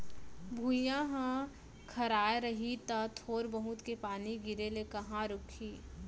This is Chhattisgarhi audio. भुइयॉं ह खराय रही तौ थोर बहुत के पानी गिरे ले कहॉं रूकही